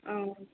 ஆ okay